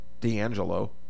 D'Angelo